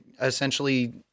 essentially